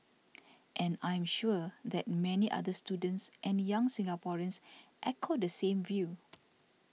and I am sure that many other students and young Singaporeans echo the same view